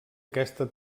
aquesta